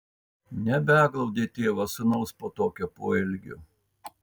nebeglaudė tėvas sūnaus po tokio poelgio